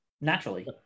naturally